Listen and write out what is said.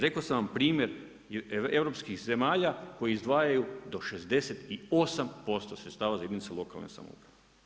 Rekao sam vam primjer europskih zemalja koje izdvajaju do 68% sredstava za jedinice lokalne samouprave.